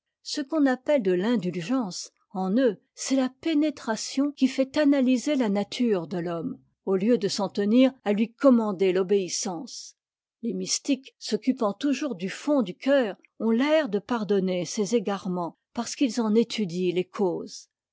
ce qu'on appelle de l'indulgence en eux c'est la pénétration qui fait analyser la nature de l'homme au lieu de s'en tenir à lui commander fobéissance les mystiques s'occupant toujours du fond du cœur ont l'air de pardonner ses égarements parce qu'ils en étudient les causes